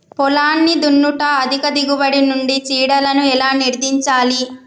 పొలాన్ని దున్నుట అధిక దిగుబడి నుండి చీడలను ఎలా నిర్ధారించాలి?